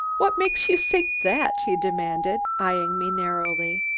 what makes you think that? he demanded, eying me narrowly.